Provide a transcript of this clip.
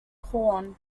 horn